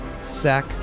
sack